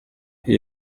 iyi